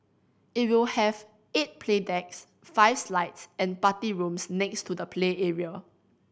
it will have eight play decks five slides and party rooms next to the play area